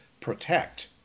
protect